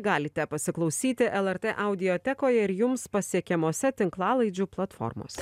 galite pasiklausyti lrt audiotekoje ir jums pasiekiamose tinklalaidžių platformose